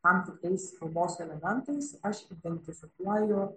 tam tikrais kalbos elementais aš identifikuoju